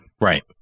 Right